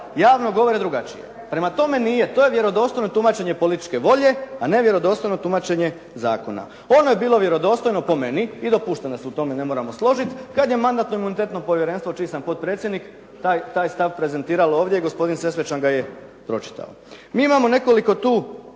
javno govore drugačije. Prema tome nije, to je vjerodostojno tumačenje političke volje, a ne vjerodostojno tumačenje zakona. Ono je bilo vjerodostojno po meni i dopušteno je da se u tome ne moramo složiti, kad je Mandatno-imunitetno povjerenstvo čiji sam potpredsjednik, taj stav prezentiralo ovdje i gospodin Sesvečan ga je pročitao. Mi imamo nekoliko tu